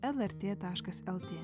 lrt taškas lt